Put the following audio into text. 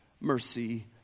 mercy